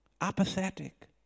apathetic